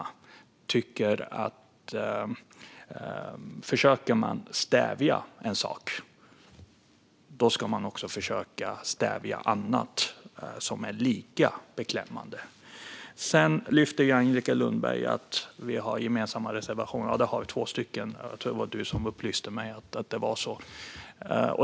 Jag tycker att om man försöker stävja en sak ska man också försöka stävja annat som är lika beklämmande. Angelica Lundberg lyfter fram att vi har gemensamma reservationer och upplyste mig om att det var två stycken.